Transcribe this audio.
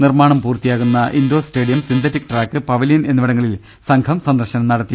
നിർമ്മാണം പൂർത്തിയാകുന്ന indoor stadium synthetic track pavilion എന്നിവിടങ്ങളിൽ സംഘം സന്ദർശനം നടത്തി